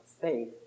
faith